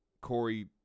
Corey